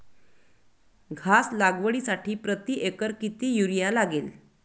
घास लागवडीसाठी प्रति एकर किती युरिया लागेल?